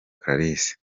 clarisse